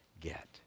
get